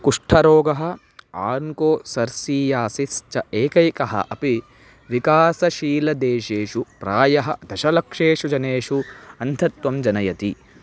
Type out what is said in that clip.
कुष्ठरोगः आर्न्को सर्सीयासिस् च एकैकः अपि विकासशीलदेशेषु प्रायः दशलक्षेषु जनेषु अन्धत्वं जनयति